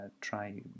try